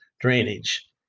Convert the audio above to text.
drainage